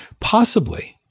possibly,